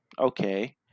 okay